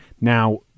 Now